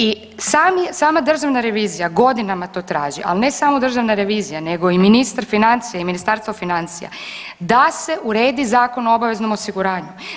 I sami, sama Državna revizija godinama to traži, al ne samo Državna revizija, nego i ministar financija i Ministarstvo financija da se uredi Zakon o obaveznom osiguranju.